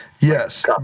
Yes